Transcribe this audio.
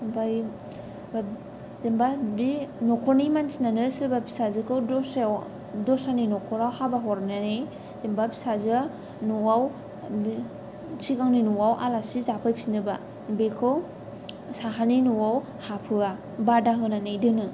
ओमफाय ओमफाय जेनेबा बे न'खरनि मानसिनानो सोरबा फिसाजोखौ दस्रायाव दस्रानि न'खराव हाबा हरनानै जेनेबा फिसाजोआ न'आव सिगांनि न'आव आलासि जाफैफिनोब्ला बिखौ साहानि न'आव हाबहोआ बिखौ बादा होनानै दोनो